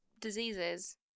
diseases